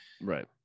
right